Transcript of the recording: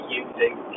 using